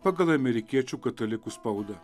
pagal amerikiečių katalikų spaudą